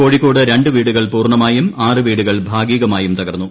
കോഴിക്കോട് രണ്ട് വീടുകൾ പൂർണ്ണമായും ആറ് വീടുകൾ ഭാഗികമായും തകർന്നു